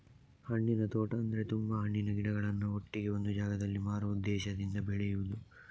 ಹಣ್ಣಿನ ತೋಟ ಅಂದ್ರೆ ತುಂಬಾ ಹಣ್ಣಿನ ಗಿಡಗಳನ್ನ ಒಟ್ಟಿಗೆ ಒಂದು ಜಾಗದಲ್ಲಿ ಮಾರುವ ಉದ್ದೇಶದಿಂದ ಬೆಳೆಯುದು